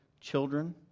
children